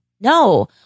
No